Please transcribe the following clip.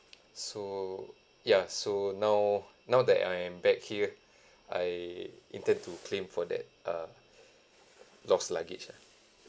so ya so now now that I am back here I intend to claim for that uh lost luggage lah